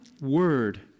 word